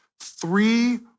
three